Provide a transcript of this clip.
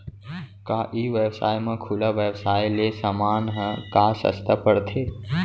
का ई व्यवसाय म खुला व्यवसाय ले समान ह का सस्ता पढ़थे?